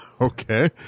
Okay